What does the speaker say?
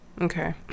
Okay